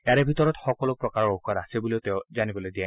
ইয়াৰে ভিতৰত সকলো প্ৰকাৰৰ ঔষধ আছে বুলি তেওঁ জানিবলৈ দিয়ে